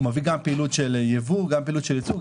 הוא מביא גם פעילות של ייבוא, גם פעילות של ייצוא.